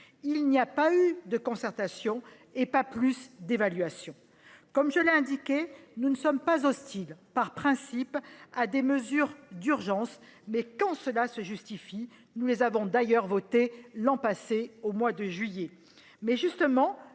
Il n'y a pas eu de concertation, non plus que d'évaluation. Comme je l'ai indiqué, nous ne sommes pas hostiles par principe à des mesures d'urgence, quand celles-ci se justifient ; nous les avons d'ailleurs votées l'an passé. Alors, les